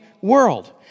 world